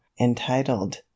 entitled